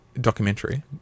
documentary